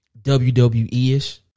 wwe-ish